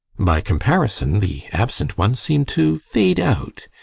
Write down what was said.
by comparison the absent one seemed to fade out,